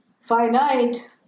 finite